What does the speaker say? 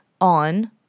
on